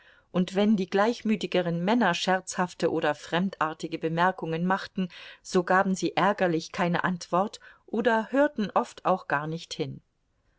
und wenn die gleichmütigeren männer scherzhafte oder fremdartige bemerkungen machten so gaben sie ärgerlich keine antwort oder hörten oft auch gar nicht hin